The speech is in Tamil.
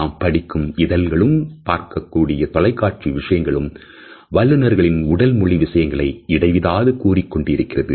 நாம் படிக்கும் இதழ்களும் பார்க்கக்கூடிய தொலைக்காட்சி விஷயங்களும் வல்லுனர்களின் உடல் மொழி விஷயங்களை இடைவிடாது கூறிக் கொண்டு இருக்கின்றது